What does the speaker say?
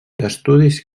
d’estudis